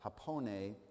hapone